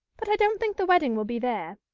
but i don't think the wedding will be there.